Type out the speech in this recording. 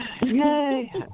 Yay